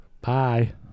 Bye